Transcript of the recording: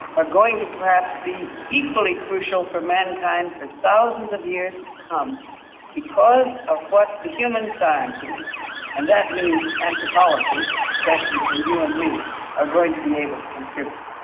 are going to perhaps be equally crucial for mankind for thousands of years to come because of what the human sciences and that means anthropology especially for you and me are going to be able to contribute.